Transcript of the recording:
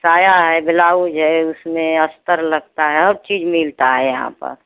साया है ब्लाउज है उसमें अस्तर लगता है और चीज मिलता है यहाँ पर